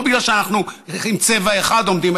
לא בגלל שאנחנו עם צבע אחד עומדים,